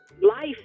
Life